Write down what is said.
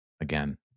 again